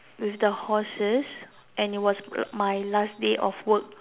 with the horses and it was my last day of work